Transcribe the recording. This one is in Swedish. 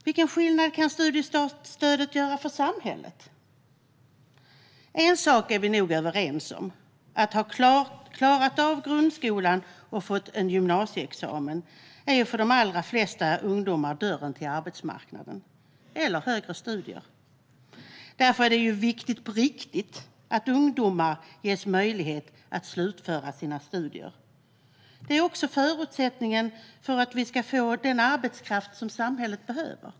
Vilken skillnad kan studiestartsstödet göra för samhället? En sak är vi nog alla överens om: Att ha klarat av grundskolan och fått en gymnasieexamen är för de allra flesta ungdomar dörren till arbetsmarknaden eller högre studier. Därför är det viktigt på riktigt att ungdomar ges möjlighet att slutföra sina studier. Det är också förutsättningen för att vi ska få den arbetskraft som samhället behöver.